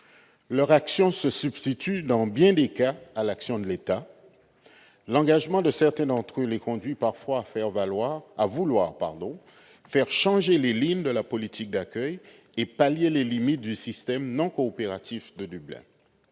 Leur action se substitue dans bien des cas à celle de l'État. L'engagement de certains d'entre eux les conduit parfois à vouloir faire changer les lignes de la politique d'accueil et pallier les limites du système non coopératif de Dublin.